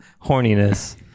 horniness